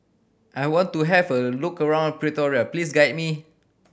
I want to have a look around Pretoria please guide me